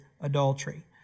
adultery